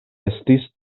estis